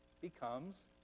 becomes